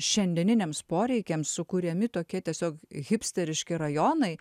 šiandieniniams poreikiams sukuriami tokie tiesiog hipsteriški rajonai